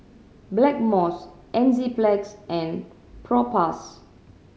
Blackmores Enzyplex and Propass